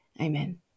amen